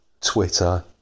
Twitter